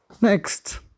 Next